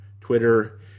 Twitter